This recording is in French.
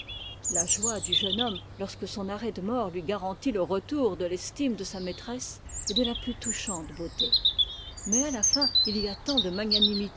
la joie du jeune homme lorsque son arrêt de mort lui garantit le retour de l'estime de sa maîtresse est de la plus touchante beauté mais à la fin il y a tant de magnanimité